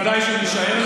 ודאי שנישאר,